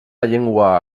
llengua